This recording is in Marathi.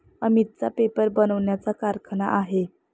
अमितचा पेपर बनवण्याचा कारखाना आहे